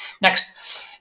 Next